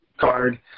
card